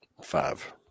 Five